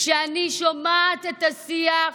כשאני שומעת את השיח,